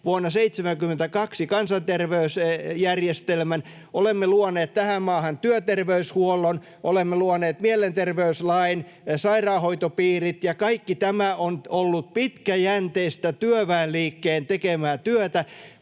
vuonna 72 kansanterveysjärjestelmän. Olemme luoneet tähän maahan työterveyshuollon. Olemme luoneet mielenterveyslain, sairaanhoitopiirit, ja kaikki tämä on ollut pitkäjänteistä työväenliikkeen tekemää työtä,